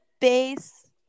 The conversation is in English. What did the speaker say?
base